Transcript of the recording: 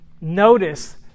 notice